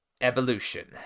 Evolution